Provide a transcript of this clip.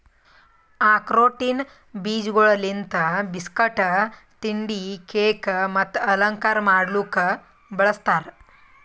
ಆಕ್ರೋಟಿನ ಬೀಜಗೊಳ್ ಲಿಂತ್ ಬಿಸ್ಕಟ್, ತಿಂಡಿ, ಕೇಕ್ ಮತ್ತ ಅಲಂಕಾರ ಮಾಡ್ಲುಕ್ ಬಳ್ಸತಾರ್